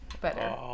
better